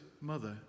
mother